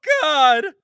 God